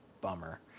bummer